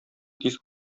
тиз